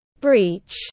breach